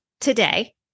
today